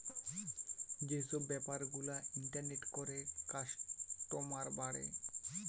যে সব বেপার গুলা ইন্টারনেটে করে কাস্টমার বাড়ে